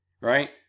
right